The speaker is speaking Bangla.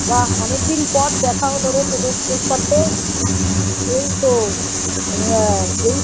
বাহ্ অনেক দিন পর দেখা হলো রে তোদের তোর সাথে এই তো হ্যাঁ এই